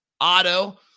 auto